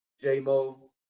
J-Mo